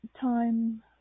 time